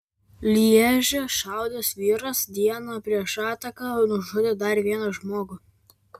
lježe šaudęs vyras dieną prieš ataką nužudė dar vieną žmogų